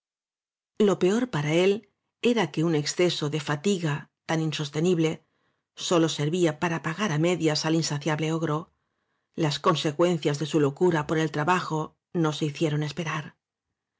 lo peor para él era que un exceso de fa tiga tan insostenible sólo servía para pagar á medias al insaciable ogro las consecuencias de su locura por el trabajo no se hicieron esperar